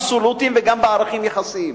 נכון.